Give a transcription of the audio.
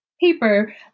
paper